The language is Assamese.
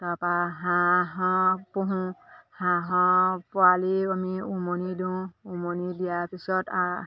তাৰপৰা হাঁহক পোহোঁ হাঁহক পোৱালি আমি উমনি দিওঁ উমনি দিয়াৰ পিছত